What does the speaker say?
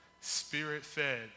spirit-fed